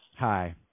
Hi